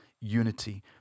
unity